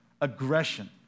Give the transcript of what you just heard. aggression